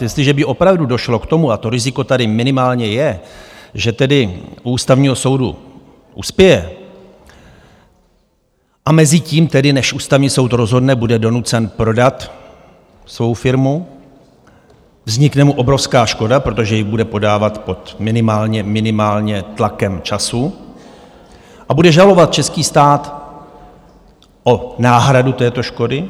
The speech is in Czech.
Jestliže by opravdu došlo k tomu, a to riziko tady minimálně je, že u Ústavního soudu uspěje, a mezitím, než Ústavní soud rozhodne, bude donucen prodat svou firmu, vznikne mu obrovská škoda, protože ji bude prodávat minimálně pod tlakem času, a bude žalovat český stát o náhradu této škody.